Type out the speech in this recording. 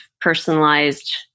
personalized